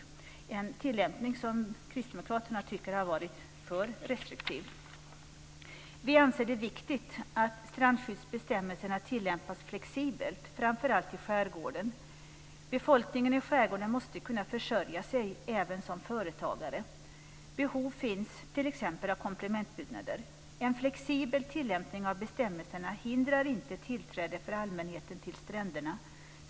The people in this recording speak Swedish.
Kristdemokraterna tycker att tillämpningen har varit för restriktiv. Vi anser att det är viktigt att strandskyddsbestämmelserna tillämpas flexibelt, framför allt i skärgården. Befolkningen i skärgården måste kunna försörja sig även som företagare. Behov finns t.ex. av komplementbyggnader. En flexibel tillämpning av bestämmelserna hindrar inte tillträde för allmänheten till stränderna.